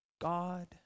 God